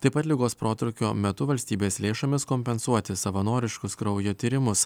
taip pat ligos protrūkio metu valstybės lėšomis kompensuoti savanoriškus kraujo tyrimus